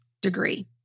degree